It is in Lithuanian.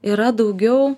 yra daugiau